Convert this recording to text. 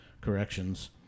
Corrections